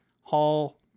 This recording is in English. hall